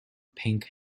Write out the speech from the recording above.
pink